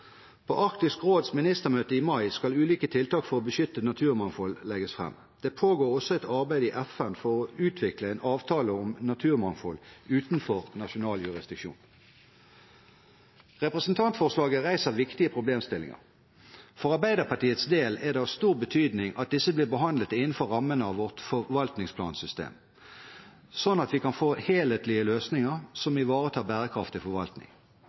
På Arktisk råds ministermøte i mai skal ulike tiltak for å beskytte naturmangfold legges fram. Det pågår også et arbeid i FN for å utvikle en avtale om naturmangfold utenfor nasjonal jurisdiksjon. Representantforslaget reiser viktige problemstillinger. For Arbeiderpartiets del er det av stor betydning at disse blir behandlet innenfor rammen av vårt forvaltningsplansystem, så vi kan få helhetlige løsninger som ivaretar bærekraftig forvaltning.